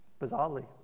Bizarrely